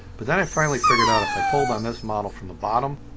but then i finally figured out if i pulled on this model from the bottom